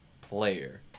player